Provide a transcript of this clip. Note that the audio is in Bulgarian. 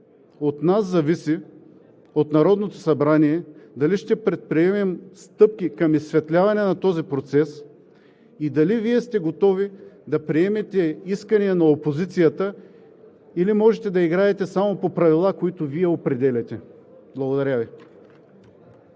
От нас зависи – от Народното събрание, дали ще предприемем стъпки към изсветляване на този процес и дали Вие сте готови да приемете искания на опозицията, или можете да играете само по правила, които Вие определяте. Благодаря Ви.